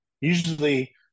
usually